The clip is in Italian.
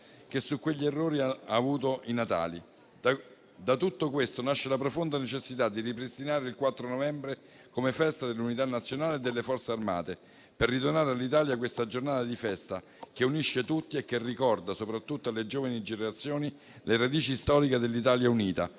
che su quegli errori ha avuto i natali. Da tutto questo nasce la profonda necessità di ripristinare il 4 novembre come Festa dell'Unità nazionale e delle Forze armate per ridonare all'Italia questa giornata di festa che unisce tutti e che ricorda soprattutto alle giovani generazioni le radici storiche dell'Italia unita,